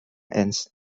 ernst